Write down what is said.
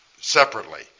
separately